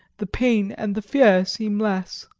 the pain and the fear seem less.